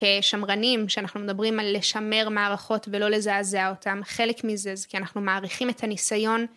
שמרנים שאנחנו מדברים על לשמר מערכות ולא לזעזע אותן חלק מזה זה כי אנחנו מעריכים את הניסיון